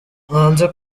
hanze